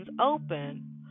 open